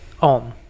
on